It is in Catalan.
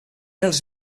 els